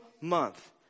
month